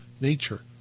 nature